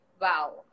Wow